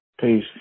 Peace